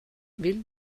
vill